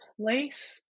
place